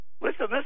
Listen